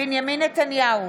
בנימין נתניהו,